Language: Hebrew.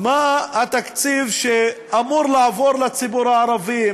מה התקציב שאמור לעבור לציבור הערבי,